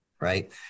right